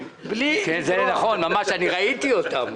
את כל הדברים שצריך לשלם,